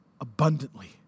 abundantly